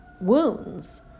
wounds